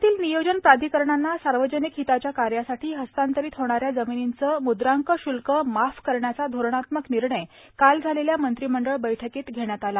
राज्यातील नियोजन प्राधिकरणांना सार्वजनिक हिताच्या कार्यासाठी हस्तांतरित होणाऱ्या जमिनींचे मुद्रांक शल्क माफ करण्याचा धोरणात्मक निर्णय काल झालेल्या मंत्रिमंडळ बैठकीत घेण्यात आला